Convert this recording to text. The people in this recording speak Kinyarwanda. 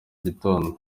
gitondo